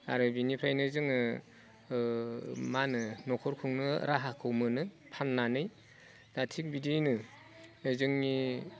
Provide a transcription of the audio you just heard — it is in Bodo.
आरो बिनिफ्रायनो जोङो मानोहोनो न'खरखुंनो राहाखौ मोनो फाननानै दा थिग बिदियैनो बे जोंनि